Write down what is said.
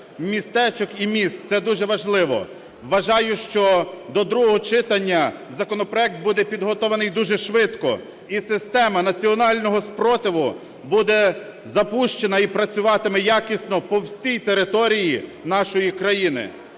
містечок і міст, це дуже важливо. Вважаю, що до другого читання законопроект буде підготовлений дуже швидко і система національного спротиву буде запущена і працюватиме якісно по всій території нашої країни.